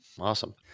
Awesome